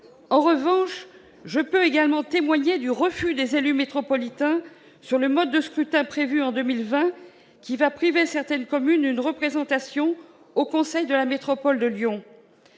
En revanche, je puis également témoigner du refus par les élus métropolitains du mode de scrutin prévu en 2020, qui va priver certaines communes d'une représentation au conseil de la métropole de Lyon,